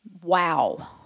Wow